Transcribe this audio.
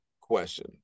question